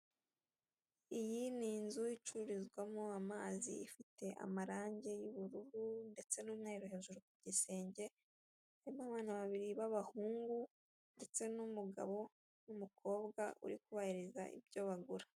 Iyi ni inzu icururizamo amazi ifite amarange y'ubururu ndetse n'umweru hejuru ku gisenge irimo abantu babiri b'abahungu ndetse n'umugabo n'umukobwa uri kubahereza ibyo bagura.